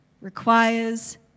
requires